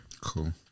cool